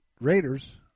Raiders